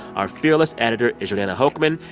our fearless editor is jordana hochman.